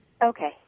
Okay